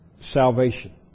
salvation